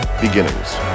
Beginnings